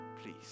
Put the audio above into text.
please